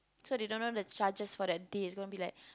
so they don't know the charges for that day is going to be like